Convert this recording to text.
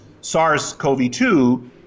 SARS-CoV-2